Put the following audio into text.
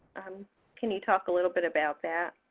can you talk a little bit about that?